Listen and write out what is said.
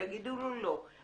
יגידו לי לא.